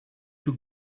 you